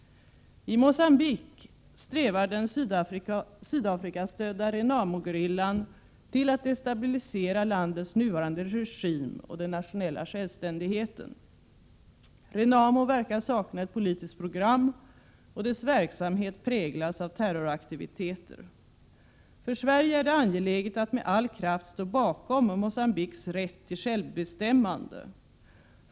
I Mogambique strävar den sydafrikastödda Renamogerillan till att destabilisera landets nuvarande regim och den nationella självständigheten. Renamo verkar sakna ett politisk program, och dess verksamhet präglas av terroraktiviteter. För Sverige är det angeläget att med all kraft stå bakom Mogambiques rätt till självbestämmande.